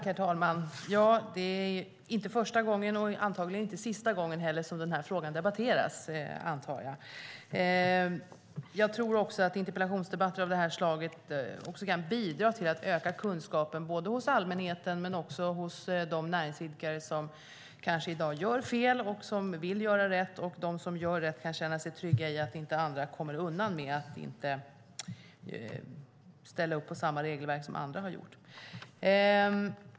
Herr talman! Det är inte första gången och antagligen heller inte sista gången som den här frågan debatteras. Jag tror också att interpellationsdebatter av det här slaget kan bidra till att öka kunskapen hos allmänheten och hos de näringsidkare som kanske i dag gör fel men som vill göra rätt. De som gör rätt kan känna sig trygga med att andra inte kommer undan med att inte ställa upp på regelverket.